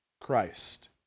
Christ